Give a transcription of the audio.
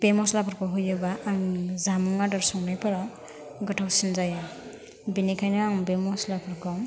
बे मस्लाफोरखौ होयोबा आंनि जामुं आदार संनायफोराव गोथावसिन जायो बेनिखायनो आं बे मस्लाफोरखौ